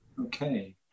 Okay